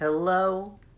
hello